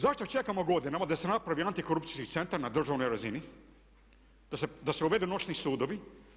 Zašto čekamo godinama da se napravi antikorupcijski centar na državnoj razini, da se uvedu noćni sudovi.